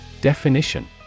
Definition